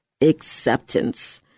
acceptance